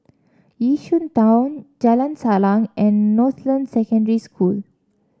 Yishun Town Jalan Salang and Northland Secondary School